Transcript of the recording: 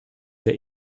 wir